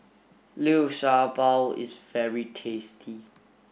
Liu Sha Bao is very tasty